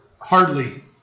hardly